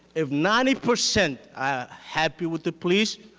if ninety percent are happy with the police,